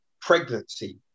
pregnancy